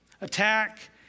Attack